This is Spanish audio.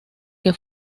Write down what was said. que